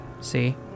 See